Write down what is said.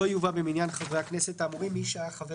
לא יובא במניין חברי הכנסת האמורים מי שהיה חבר